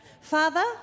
Father